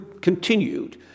continued